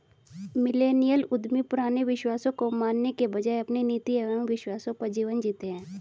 millennial उद्यमी पुराने विश्वासों को मानने के बजाय अपने नीति एंव विश्वासों पर जीवन जीते हैं